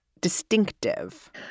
distinctive